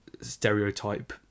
stereotype